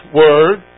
word